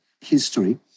history